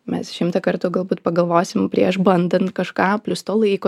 mes šimtą kartų galbūt pagalvosim prieš bandant kažką plius to laiko